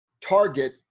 target